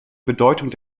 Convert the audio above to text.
bedeutung